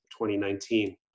2019